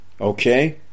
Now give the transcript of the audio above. Okay